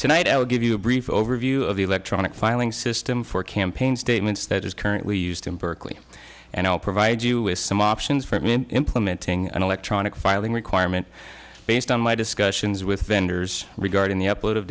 tonight i would give you a brief overview of the electronic filing system for campaign statements that is currently used in berkeley and i'll provide you with some options for me implementing an electronic filing requirement based on my discussions with vendors regarding the upload of